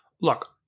Look